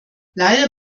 leider